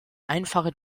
einfache